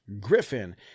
griffin